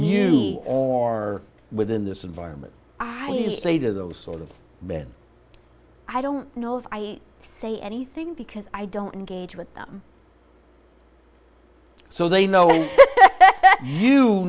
you or within this environment i play those sort of bad i don't know if i say anything because i don't engage with them so they know you